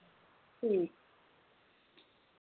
ठीक